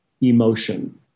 emotion